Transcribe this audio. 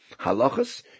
halachas